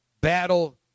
battle